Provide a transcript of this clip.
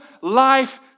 life